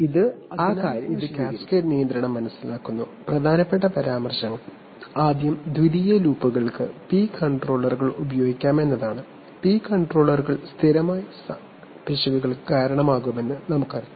അതിനാൽ ഇത് കാസ്കേഡ് നിയന്ത്രണം മനസിലാക്കുന്നു പ്രധാനപ്പെട്ട പരാമർശങ്ങൾ ആദ്യം ദ്വിതീയ ലൂപ്പുകൾക്ക് പി കൺട്രോളറുകൾ ഉപയോഗിക്കാമെന്നതാണ് പി കൺട്രോളറുകൾ സ്ഥിരമായപിശകുകൾക്ക് കാരണമാകുമെന്ന് ഞങ്ങൾക്കറിയാം